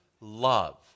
love